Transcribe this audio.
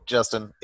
Justin